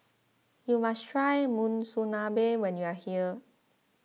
you must try Monsunabe when you are here